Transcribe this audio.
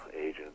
agent